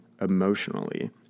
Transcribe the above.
emotionally